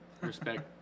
respect